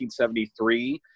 1973